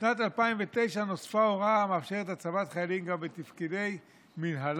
בשנת 2009 נוספה הוראה המאפשרת הצבת חיילים גם בתפקידי מינהלה